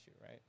right